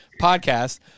podcast